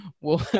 we'll-